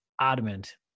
Adamant